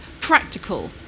practical